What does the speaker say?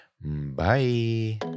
bye